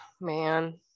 Man